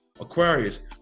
Aquarius